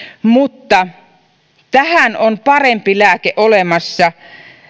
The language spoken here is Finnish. mutta tähän on parempi lääke olemassa